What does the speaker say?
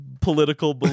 political